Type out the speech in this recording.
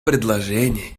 предложение